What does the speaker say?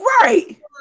Right